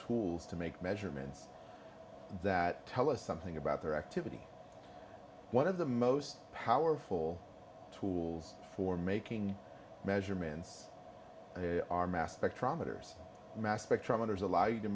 tools to make measurements that tell us something about their activity one of the most powerful tools for making measurements our mass spectrometers mass spectrometers allow you to